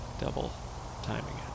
double-timing